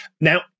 Now